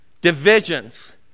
divisions